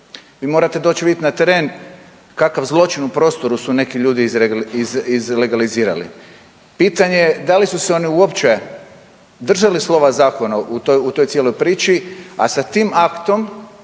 Vi morate doć vidjet na teren kakav zločin u prostoru su neki ljudi izlegalizirali. Pitanje da li su se oni uopće držali slova zakona u toj cijeloj priči, a sa tim aktom